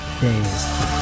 Days